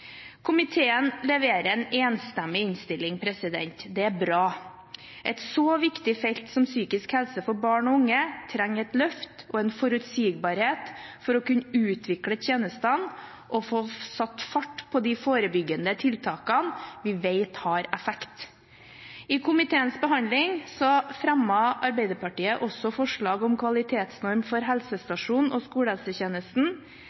Komiteen leverer en enstemmig innstilling. Det er bra. Et så viktig felt som psykisk helse for barn og unge trenger et løft og en forutsigbarhet for å kunne utvikle tjenestene og få satt fart på de forebyggende tiltakene vi vet har effekt. I komiteens behandling fremmet Arbeiderpartiet også forslag om kvalitetsnorm for